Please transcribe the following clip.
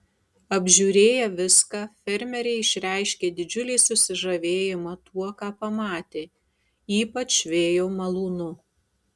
apžiūrėję viską fermeriai išreiškė didžiulį susižavėjimą tuo ką pamatė ypač vėjo malūnu